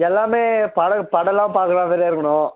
எல்லாமே படம் படம்லாம் பார்க்கற மாதிரி தான் இருக்கணும்